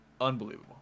Unbelievable